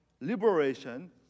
liberation